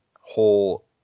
whole